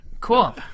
Cool